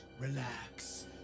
Relax